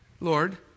Lord